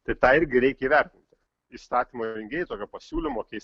tai tą irgi reikia įvertinti įstatymo rengėjai tokio pasiūlymo keist